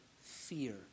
fear